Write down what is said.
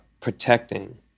protecting